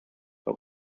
but